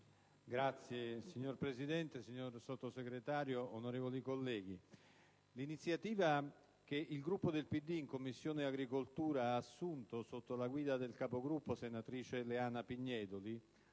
*(PD)*. Signor Presidente, signor Sottosegretario, onorevoli colleghi, l'iniziativa che il Gruppo del PD in Commissione agricoltura ha assunto sotto la guida del Capogruppo, senatrice Leana Pignedoli,